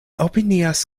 opinias